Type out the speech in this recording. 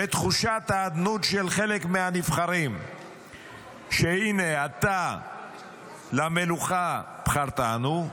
ותחושת האדנות של חלק מהנבחרים שהינה אתה למלוכה בחרתנו,